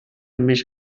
més